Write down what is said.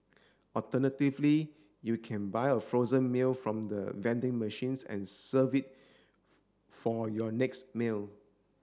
alternatively you can buy a frozen meal from the vending machines and serve it for your next meal